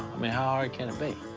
mean, how hard can it be?